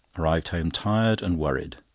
arrived home tired and worried.